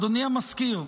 אדוני המזכיר.